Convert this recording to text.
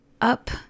up